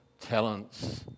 talents